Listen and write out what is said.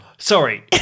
Sorry